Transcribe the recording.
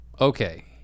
okay